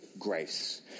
grace